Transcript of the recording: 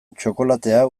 txokolatea